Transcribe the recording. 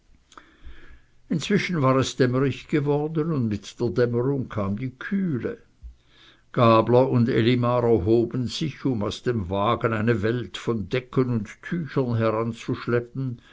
inzwischen war es dämmerig geworden und mit der dämmerung kam die kühle gabler und elimar erhoben sich um aus dem wagen eine welt von decken und tüchern